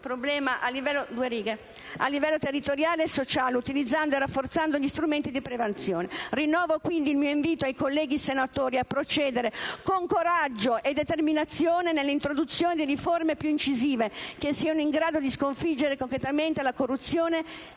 problema a livello territoriale e sociale, utilizzando e rafforzando gli strumenti di prevenzione. Rinnovo, quindi, il mio invito ai colleghi senatori a procedere con coraggio e determinazione nell'introduzione di riforme più incisive, che siano in grado di sconfiggere concretamente la corruzione